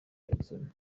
jackson